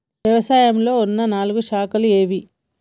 వ్యవసాయంలో ఉన్న నాలుగు శాఖలు ఏవి?